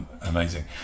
amazing